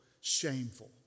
shameful